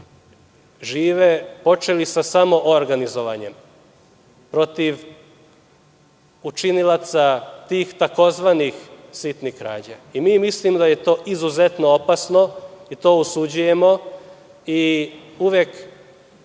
žive, počeli sa samoorganizovanjem protiv učinilaca tih tzv. sitnih krađa. Mi mislimo da je to izuzetno opasno i to osuđujemo i uvek